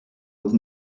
with